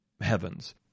heavens